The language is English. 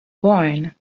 born